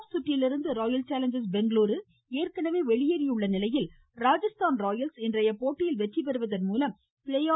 ்ப் சுற்றிலிருந்து Royal Challengers Bengaluru ஏற்கனவே வெளியேறி உள்ள நிலையில் ராஜஸ்தான் ராயல்ஸ் இன்றைய போட்டியில் வெற்றிபெறுவதன் மூலம் ப்ளே ஆ